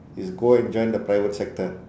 is go and join the private sector